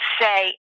say